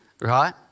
right